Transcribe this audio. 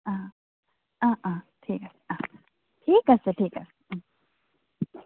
অ অ অ ঠিক আছে অ ঠিক আছে ঠিক আছে ও